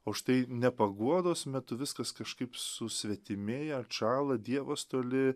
o štai nepaguodos metu viskas kažkaip susvetimėja atšąla dievas toli